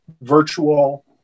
virtual